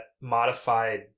modified